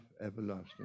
everlasting